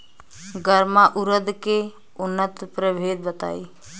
गर्मा उरद के उन्नत प्रभेद बताई?